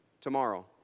tomorrow